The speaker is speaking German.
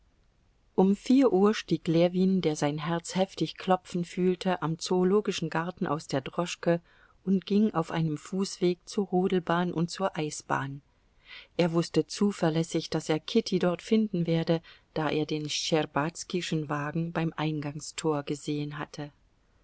um vier uhr stieg ljewin der sein herz heftig klopfen fühlte am zoologischen garten aus der droschke und ging auf einem fußweg zur rodelbahn und zur eisbahn er wußte zuverlässig daß er kitty dort finden werde da er den schtscherbazkischen wagen beim eingangstor gesehen hatte